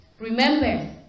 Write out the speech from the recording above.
Remember